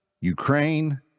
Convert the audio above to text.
Ukraine